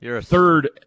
Third